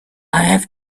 have